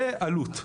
זה עלות.